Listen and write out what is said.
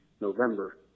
November